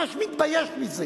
אני ממש מתבייש מזה